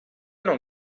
non